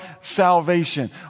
salvation